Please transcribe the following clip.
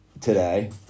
today